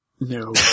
No